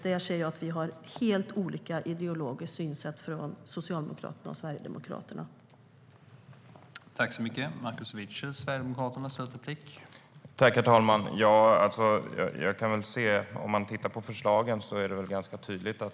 Där ser jag att Socialdemokraterna och Sverigedemokraterna har helt olika ideologiska synsätt.